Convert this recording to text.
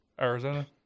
Arizona